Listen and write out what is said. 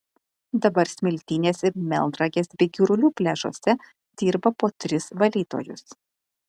dabar smiltynės ir melnragės bei girulių pliažuose dirba po tris valytojus